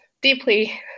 deeply